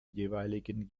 jeweiligen